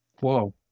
Whoa